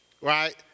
right